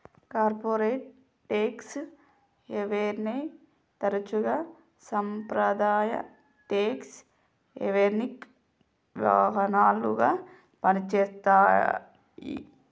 corporate tax హెవెన్ని తరచుగా సాంప్రదాయ ట్యేక్స్ హెవెన్కి వాహనాలుగా పనిచేత్తాయి